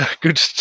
good